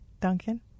Duncan